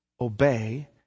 Obey